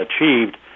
achieved